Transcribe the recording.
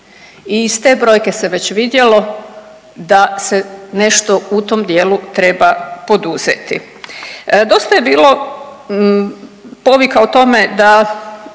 i iz te brojke se već vidjelo da se nešto u tom dijelu treba poduzeti. Dosta je bilo povika o tome da